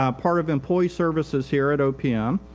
ah part of employee services here at opm.